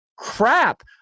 crap